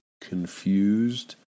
confused